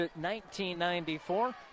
1994